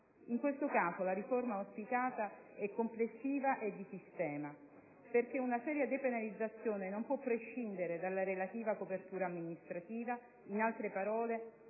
In questo caso la riforma auspicata è complessiva e di sistema, perché una seria depenalizzazione non può prescindere dalla relativa «copertura amministrativa»: in altre parole,